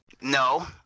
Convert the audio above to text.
No